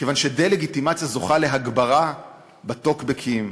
כיוון שדה-לגיטימציה זוכה להגברה בטוקבקים,